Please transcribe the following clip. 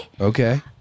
Okay